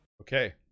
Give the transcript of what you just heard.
Okay